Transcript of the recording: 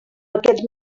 aquest